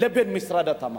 לבין משרד התמ"ת?